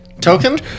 Token